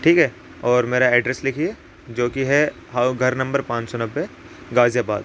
ٹھیک ہے اور میرا ایڈریس لکھیے جو کہ ہے ہاؤ گھر نمبر پانچ سو نوے غازی آباد